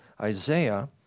Isaiah